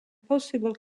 possible